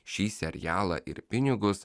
šį serialą ir pinigus